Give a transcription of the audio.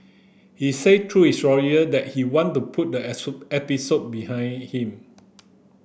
he said through his lawyer that he want to put the episode behind him